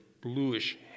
bluish